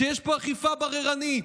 שיש פה אכיפה בררנית?